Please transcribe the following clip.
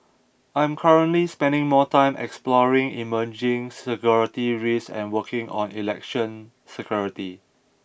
I'm currently spending more time exploring emerging security risks and working on election security